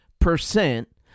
percent